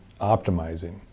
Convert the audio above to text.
optimizing